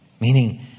Meaning